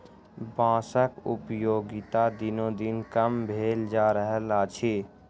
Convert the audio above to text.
बाँसक उपयोगिता दिनोदिन कम भेल जा रहल अछि